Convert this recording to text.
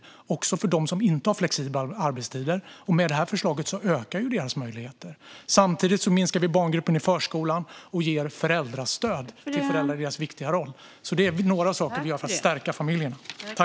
Det gäller också för dem som inte flexibla arbetstider. Med det här förslaget ökar deras möjligheter. Samtidigt minskar vi barngruppen i förskolan och ger föräldrastöd till föräldrar i deras viktiga roll. Det är några saker vi gör för att stärka familjerna.